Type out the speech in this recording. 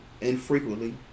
infrequently